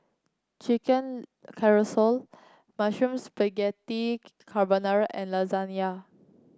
Chicken Casserole Mushroom Spaghetti Carbonara and Lasagna